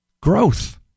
Growth